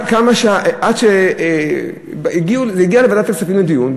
זה הגיע לוועדת הכספים לדיון,